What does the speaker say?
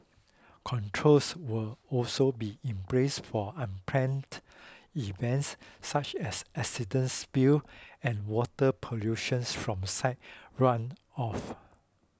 controls will also be in place for unplanned events such as accidents spills and water pollution from site runoff